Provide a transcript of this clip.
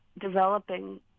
developing